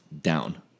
down